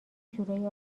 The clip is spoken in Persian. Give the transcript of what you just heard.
جورایی